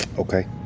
okay.